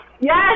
Yes